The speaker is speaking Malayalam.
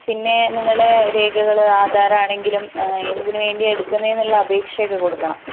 പിന്നെ നിങ്ങള് രേഖകള് ആധാരമാണെങ്കിലും എന്തിനുവേണ്ടിയ എടുക്കുന്നത് എന്നുള്ള അപേക്ഷയൊക്കെ കൊടുക്കണം